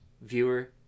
viewer